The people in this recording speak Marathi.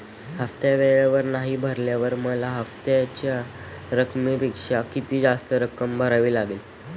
हफ्ता वेळेवर नाही भरल्यावर मला हप्त्याच्या रकमेपेक्षा किती जास्त रक्कम भरावी लागेल?